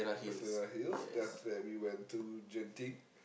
is the hills then after that we went to Genting